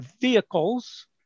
vehicles